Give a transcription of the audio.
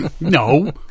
No